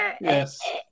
Yes